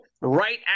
right